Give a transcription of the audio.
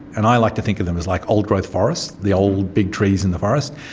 and i like to think of them as like old growth forests, the old big trees in the forest,